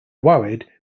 worried